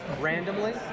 randomly